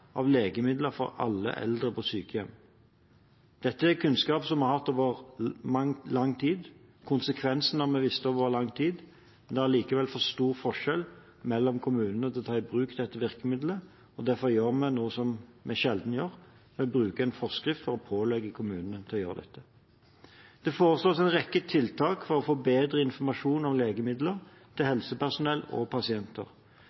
av legemidler for alle eldre på sykehjemmene. Dette er kunnskap som vi har hatt over lang tid. Konsekvensene har vi visst om i lang tid, men det er likevel for stor forskjell mellom kommunene med hensyn til å ta i bruk dette virkemidlet. Derfor gjør vi noe som vi sjelden gjør: bruker en forskrift for å pålegge kommunene å gjøre dette. Det foreslås en rekke tiltak for å bedre informasjonen om legemidler til